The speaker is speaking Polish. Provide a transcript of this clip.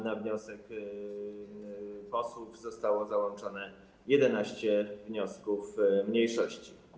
Na wniosek posłów zostało załączonych 11 wniosków mniejszości.